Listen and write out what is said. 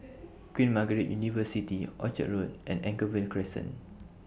Queen Margaret University Orchard Road and Anchorvale Crescent